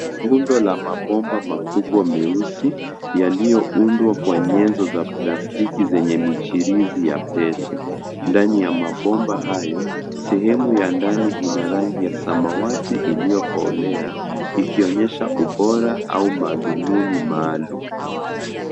Rundo la mabomba makubwa meusi yaliyoundwa kwa nyenzo za plastiki zenye michirizi ya pete. Ndani ya mabomba hayo, sehemu ya ndani ina rangi ya samawati iliyokolea, ikionyesha ubora au mathumuni maalum.